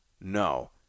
No